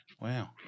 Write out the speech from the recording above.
wow